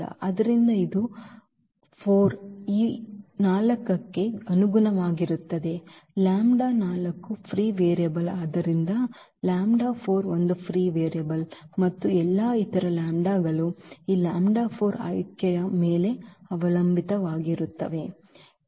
ಆದ್ದರಿಂದ ಇದು 4 ಈ 4 ಕ್ಕೆ ಅನುಗುಣವಾಗಿರುತ್ತದೆ ಲ್ಯಾಂಬ್ಡಾ ನಾಲ್ಕು free ವೇರಿಯೇಬಲ್ ಆದ್ದರಿಂದ λ4 ಒಂದು free ವೇರಿಯೇಬಲ್ ಮತ್ತು ಎಲ್ಲಾ ಇತರ ಲ್ಯಾಂಬ್ಡಾಗಳು ಈ λ4 ಆಯ್ಕೆಯ ಮೇಲೆ ಅವಲಂಬಿತವಾಗಿರುತ್ತದೆ